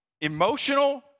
emotional